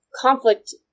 conflict